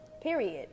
period